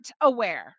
aware